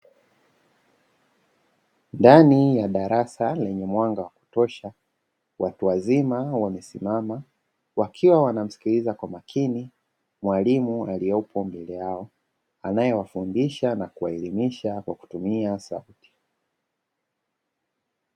Ndani ya darasa lenye mwanga wa kutosha, watu wazima wanesimama wakiwa wanasikiliza kwa makini mwalimu aliepo mbele yao, anaewafundisha na kuwaelimisha kwa kutumia sauti.